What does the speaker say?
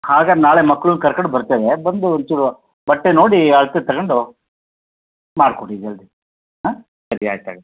ಹಾಗಾರೆ ನಾಳೆ ಮಕ್ಳನ್ನ ಕರ್ಕಂಡು ಬರ್ತೇವೆ ಬಂದು ಒಂಚೂರು ಬಟ್ಟೆ ನೋಡಿ ಅಳತೆ ತಗೊಂಡು ಮಾಡಿಕೊಡಿ ಜಲ್ದಿ ಹಾಂ ಸರಿ ಆಯ್ತು ಆಯ್ತು